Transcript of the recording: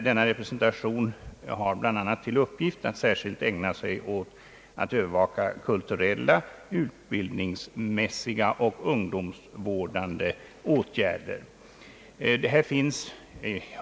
Denna representation har bl.a. till uppgift att särskilt ägna sig åt att övervaka kulturella, utbildningsmässiga och ungdomsvårdande åtgärder.